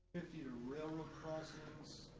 fifty to railroad crossings.